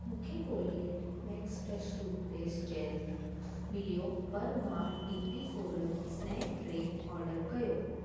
मूंखे Colgate Max Fresh toothpaste gel मिलियो पर मां डी पी कोरल स्नैक टे ऑडर कयो